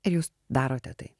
ir jūs darote tai